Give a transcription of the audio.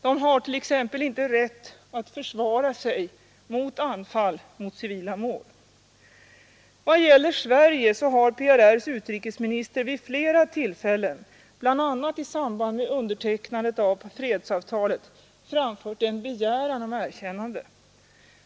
De har t.ex. inte rätt att försvara sig mot anfall av civila mål. I vad gäller Sverige så har PRR:s utrikesminister vid flera tillfällen, bl.a. i samband med undertecknandet av fredsavtalet, framfört en begäran om erkännande.